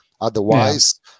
otherwise